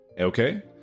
Okay